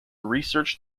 researched